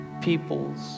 peoples